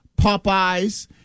Popeyes